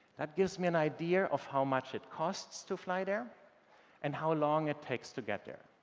that gives me an idea of how much it costs to fly there and how long it takes to get there.